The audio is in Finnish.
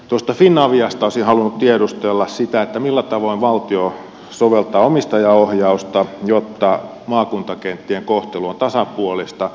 tuosta finaviasta olisin halunnut tiedustella sitä millä tavoin valtio soveltaa omistajaohjausta jotta maakuntakenttien kohtelu on tasapuolista